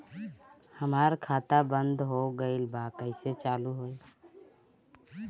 हमार खाता बंद हो गइल बा कइसे चालू होई?